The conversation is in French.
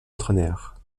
entraîneur